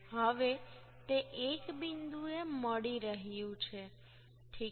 હવે તે એક બિંદુએ મળી રહ્યું છે ઠીક છે